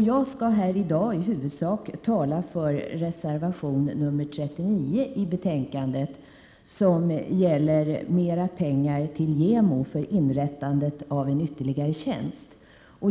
Jag skall här i dag i huvudsak tala för reservation 39 i betänkandet som gäller mera pengar till JämO för inrättadet av ytterligare en tjänst.